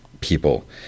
people